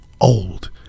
Old